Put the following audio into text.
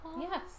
Yes